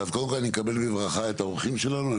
קודם כל אני מקבל בברכה את האורחים שלנו.